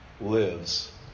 lives